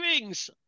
rings